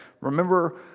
remember